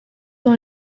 dans